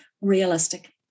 realistic